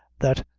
that,